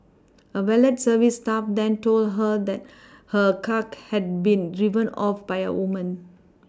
a valet service staff then told her that her car had been driven off by a woman